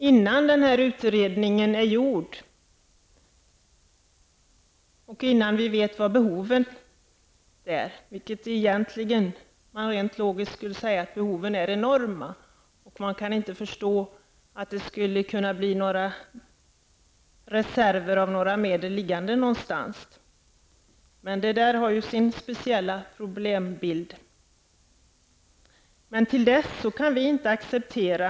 Innan den utredningen är gjord och innan vi vet vilka behoven är, kan vi inte acceptera att man, som regeringen har föreslagit, skall minska biståndet till de allra fattigaste. Egentligen skulle man rent logiskt kunna säga att behoven är enorma.